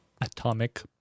atomic